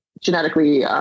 genetically